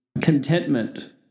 contentment